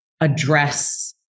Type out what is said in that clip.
address